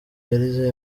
yarize